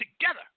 together